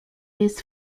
jest